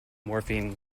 morphine